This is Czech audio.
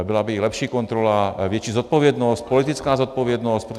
Byla by i lepší kontrola, větší zodpovědnost, politická zodpovědnost.